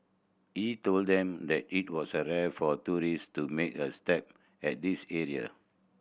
he told them that it was rare for tourists to make a step at this area